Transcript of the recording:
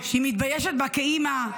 היא מתביישת בה כאימא,